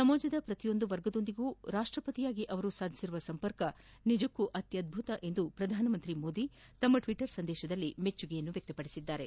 ಸಮಾಜದ ಪ್ರತಿಯೊಂದು ವರ್ಗದೊಂದಿಗೂ ರಾಷ್ಟಪತಿಯಾಗಿ ಅವರು ಸಾಧಿಸಿರುವ ಸಂಪರ್ಕ ನಿಜಕ್ಕೂ ಅತ್ಯದ್ಭುತ ಎಂದು ಪ್ರಧಾನಮಂತ್ರಿ ಮೋದಿ ತಮ್ಮ ಟ್ವಿಟರ್ ಸಂದೇಶದಲ್ಲಿ ಮೆಚ್ಚುಗೆಯನ್ನು ವ್ಯಕ್ತಪಡಿಸಿದರು